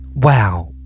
Wow